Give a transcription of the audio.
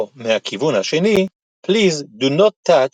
או מהכיוון השני Please Do Not Touch